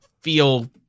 feel